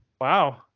wow